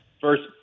First